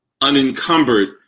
unencumbered